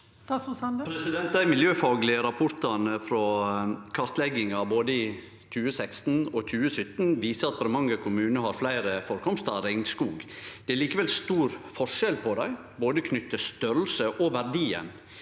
Dei miljøfaglege rapportane frå kartlegginga både i 2016 og 2017 viser at Bremanger kommune har fleire førekomstar av regnskog. Det er likevel stor forskjell på dei, både knytt til storleik og verdien